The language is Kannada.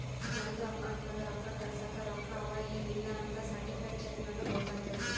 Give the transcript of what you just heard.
ನಮ್ದು ಅಕೌಂಟ್ ನಾಗ್ ರೊಕ್ಕಾ ಕಳ್ಸಸ್ಟ ರೊಕ್ಕಾ ಅವಾ ಎನ್ ಇಲ್ಲಾ ಅಂತ್ ಸರ್ಟಿಫೈಡ್ ಚೆಕ್ ನಾಗ್ ಗೊತ್ತಾತುದ್